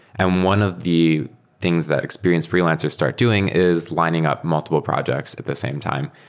and one of the things that experienced freelancer start doing is lining up multiple projects at the same time,